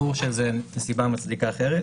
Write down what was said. אז ברור שזאת סיבה מצדיקה אחרת.